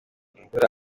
imvura